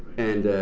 and,